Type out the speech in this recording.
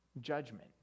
judgment